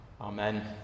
Amen